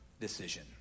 decision